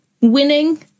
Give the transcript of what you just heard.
winning